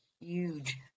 huge